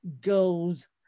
goes